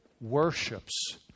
worships